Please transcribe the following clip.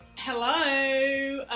hello,